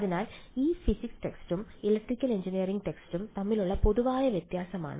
അതിനാൽ ഇത് ഫിസിക്സ് ടെക്സ്റ്റും ഇലക്ട്രിക്കൽ എഞ്ചിനീയറിംഗ് ടെക്സ്റ്റും തമ്മിലുള്ള പൊതുവായ വ്യത്യാസമാണ്